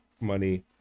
money